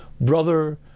brother